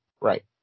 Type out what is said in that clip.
Right